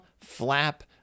flap